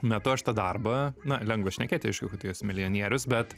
metu aš tą darbą na lengva šnekėti aišku kai tu esi milijonierius bet